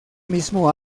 mismo